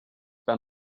been